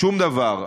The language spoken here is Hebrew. שום דבר.